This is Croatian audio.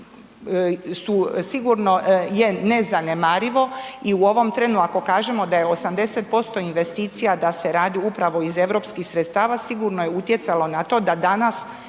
povući su sigurno je nezanemarivo i u ovom trenu ako kažemo da je 80% investicija da se radi upravo iz europskih sredstava sigurno je utjecalo na to da danas